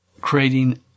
creating